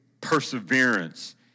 perseverance